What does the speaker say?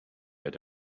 had